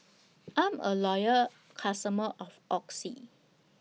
I'm A Loyal customer of Oxy